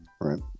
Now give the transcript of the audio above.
Right